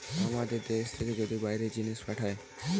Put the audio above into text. আমাদের দ্যাশ থেকে যদি বাইরে জিনিস পাঠায়